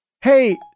Hey